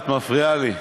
את מפריעה לי.